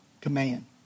command